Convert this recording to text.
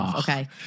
Okay